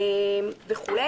וכו'.